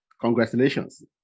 Congratulations